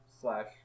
slash